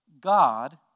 God